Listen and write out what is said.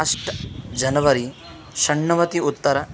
अष्ट जनवरी षण्णवति उत्तर